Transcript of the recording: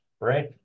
Right